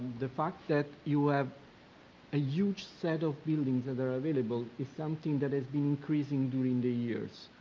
the fact that you have a huge set of buildings that are available is something that has been increasing during the years.